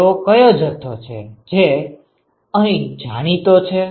એવો કયો જથ્થો છે જે અહીં જાણીતો છે